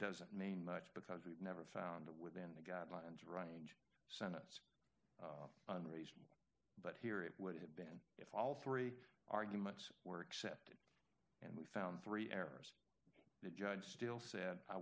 doesn't mean much because we never found it within the guidelines right age senates unreasonable but here it would have been if all three arguments were accepted and we found three errors the judge still said i